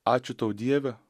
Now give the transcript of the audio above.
ačiū tau dieve